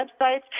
websites